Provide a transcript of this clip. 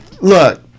look